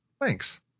Thanks